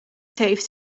heeft